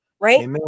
Right